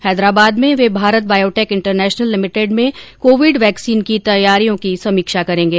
हैदराबाद में वे Bharat biotech international limited में कोविड वैक्सीन की तैयारियों की समीक्षा करेंगे